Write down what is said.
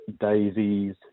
daisies